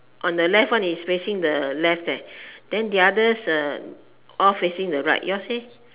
on the left one is facing the left there then the others uh all facing the right yours leh